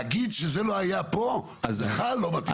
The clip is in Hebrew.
להגיד שזה לא היה פה, לך, לא מתאים.